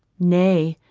nay,